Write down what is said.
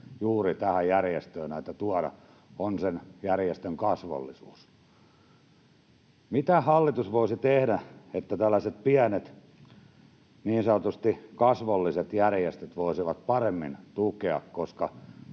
juuri tähän järjestöön näitä tuoda, on sen järjestön kasvollisuus. Mitä hallitus voisi tehdä, että tällaiset pienet, niin sanotusti kasvolliset järjestöt voisivat paremmin tukea? Koska